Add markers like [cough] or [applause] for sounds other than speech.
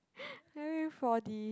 [laughs] win four D